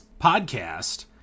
podcast